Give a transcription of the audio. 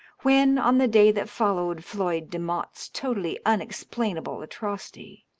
when, on the day that followed floyd de motte's totally unexplainable atrocity,